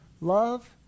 Love